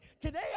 Today